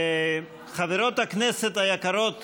חברות הכנסת היקרות